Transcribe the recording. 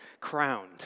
crowned